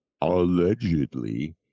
allegedly